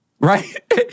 Right